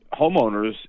homeowners